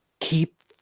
keep